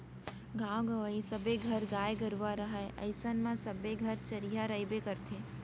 गॉंव गँवई सबे घर गाय गरूवा रहय अइसन म सबे घर चरिहा रइबे करथे